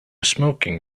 smoking